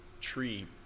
tree